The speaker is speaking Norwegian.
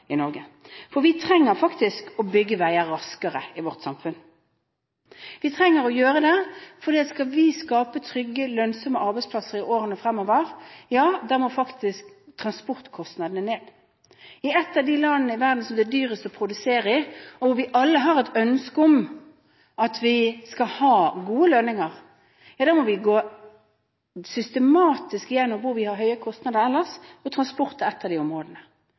i Norge. Vi trenger faktisk å bygge veier raskere i vårt samfunn, for skal vi skape trygge, lønnsomme arbeidsplasser i årene fremover, må transportkostnadene ned. I et av verdens dyreste land å produsere i og hvor vi alle har et ønske om at vi skal ha gode lønninger, må vi gå systematisk igjennom hvor vi har høye kostnader. Transport er et av de områdene.